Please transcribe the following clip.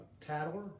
tattler